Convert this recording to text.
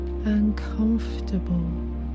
uncomfortable